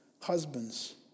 Husbands